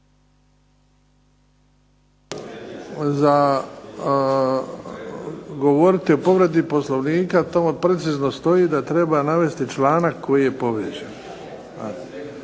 Za govoriti o povredi Poslovnika tamo precizno stoji da treba navesti članak koji je povrijeđen.